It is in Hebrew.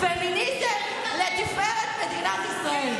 פמיניזם לתפארת מדינת ישראל.